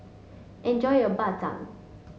enjoy your Bak Chang